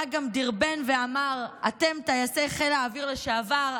ברק גם דרבן ואמר: אתם טייסי חיל האוויר לשעבר,